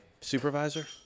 Supervisor